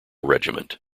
regiment